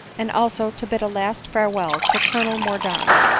and also to bid a last farewell to colonel mor daunt,